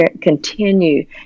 continue